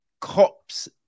cops